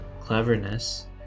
cleverness